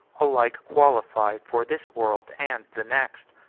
alike qualified for this world and the next.